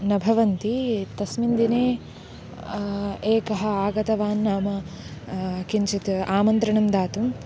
न भवन्ति तस्मिन् दिने एकः आगतवान् नाम किञ्चित् आमन्त्रणं दातुं